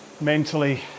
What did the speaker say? mentally